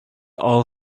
all